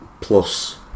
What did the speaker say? plus